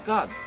God